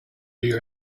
your